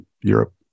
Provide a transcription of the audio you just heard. Europe